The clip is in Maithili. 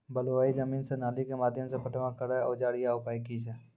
बलूआही जमीन मे नाली के माध्यम से पटवन करै औजार या उपाय की छै?